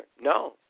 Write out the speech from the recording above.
No